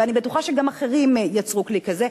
ואני בטוחה שגם אחרים ייצרו כלי כזה,